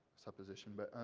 supposition but,